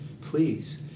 Please